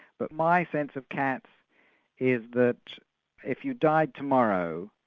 but my sense of cats is that if you died tomorrow,